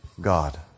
God